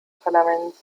parlaments